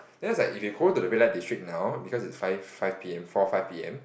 then I was like if we go to the red light district now because is five five p_m four or five p_m